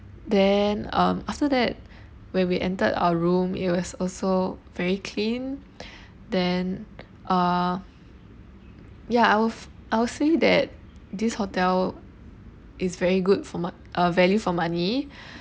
then um after that when we entered our room it was also very clean then uh ya I'll I'll say that this hotel is very good for mo~ uh value for money